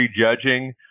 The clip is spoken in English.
prejudging